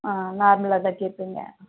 ஆ நார்மலாகதான் கேட்பீங்க